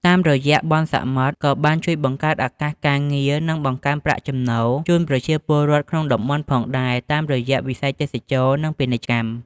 តាមរយៈបុណ្យសមុទ្យ ក៏បានជួយបង្កើតឱកាសការងារ និងបង្កើនប្រាក់ចំណូលជូនប្រជាពលរដ្ឋក្នុងតំបន់ផងដែរតាមរយៈវិស័យទេសចរណ៍ និងពាណិជ្ជកម្ម។